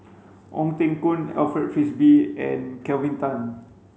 Ong Teng Koon Alfred Frisby and Kelvin Tan